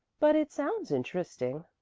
but it sounds interesting.